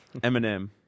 Eminem